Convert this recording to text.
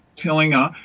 telling her,